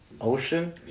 ocean